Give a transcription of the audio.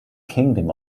kingdom